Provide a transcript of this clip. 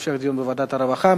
בעד דיון בוועדת הרווחה,